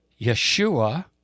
Yeshua